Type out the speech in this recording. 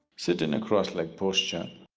sit in a crossed-legged posture